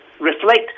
reflect